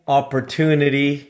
opportunity